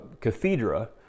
cathedra